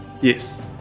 yes